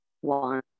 one